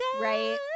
Right